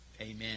Amen